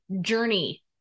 journey